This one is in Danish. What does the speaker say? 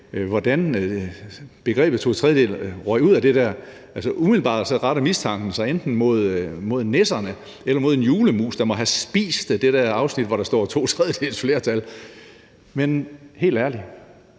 hvordan begrebet to tredjedele røg ud. Umiddelbart retter mistanken sig enten mod nisserne eller mod en julemus, der må have spist af det afsnit, hvor der står to tredjedeles flertal. Men helt ærligt,